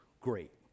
great